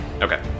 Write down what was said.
Okay